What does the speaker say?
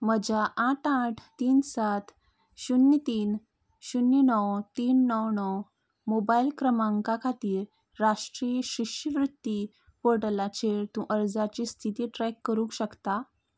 म्हज्या आठ आठ तीन सात शुन्य तीन शुन्य णव तीन णव णव मोबायल क्रमांका खातीर राष्ट्रीय शिश्यवृत्ती पोर्टलाचेर तूं अर्जाची स्थिती ट्रॅक करूंक शकता